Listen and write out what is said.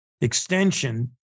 extension